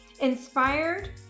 inspired